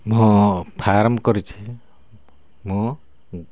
ହଁ ଫାର୍ମ୍ କରିଛି ମୁଁ